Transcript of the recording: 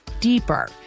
deeper